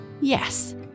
Yes